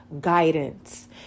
guidance